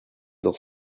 dans